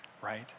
right